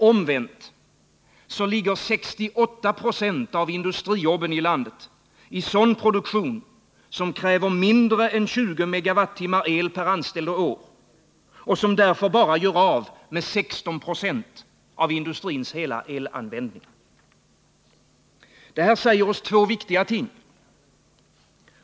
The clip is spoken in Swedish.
Omvänt ligger 68 926 av industrijobben i landet i sådan produktion som kräver mindre än 20 MWh el per anställd och år och som därför bara gör av med 16 96 av industrins hela elanvändning. Detta säger oss två viktiga ting.